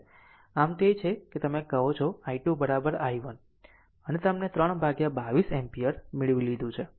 આમ આ તે છે જે તમે કહો છો i2 i1 અમે તમને 322 એમ્પીયર મેળવી લીધું છે